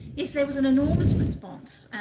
yes, there was an enormous response,